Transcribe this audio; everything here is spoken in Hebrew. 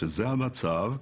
שזהו המצב,